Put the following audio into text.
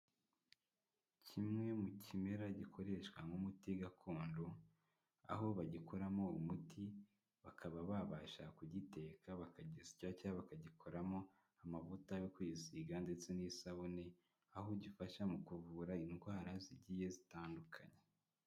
Kimwe mu kimera gikoreshwa nk'umuti gakondo aho bagikoramo umuti bakaba babasha kugiteka bakagisya bakagikoramo amavuta yo kwisiga ndetse n'isabune aho gifasha mu kuvura indwara zigiye zitandukanye.